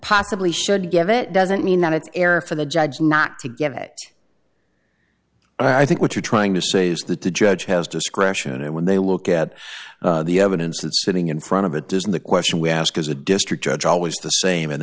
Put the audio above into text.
possibly should give it doesn't mean that it's error for the judge not to give it i think what you're trying to say is that the judge has discretion and when they look at the evidence that sitting in front of it does and the question we ask is a district judge always the same and